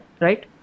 right